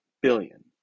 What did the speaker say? billion